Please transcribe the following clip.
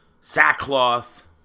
sackcloth